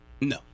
No